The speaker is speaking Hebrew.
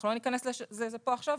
אנחנו לא ניכנס לזה פה עכשיו,